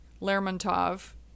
Lermontov